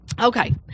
Okay